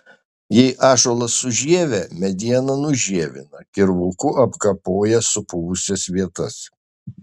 jei ąžuolas su žieve medieną nužievina kirvuku apkapoja supuvusias vietas